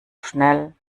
schnell